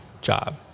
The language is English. job